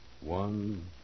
One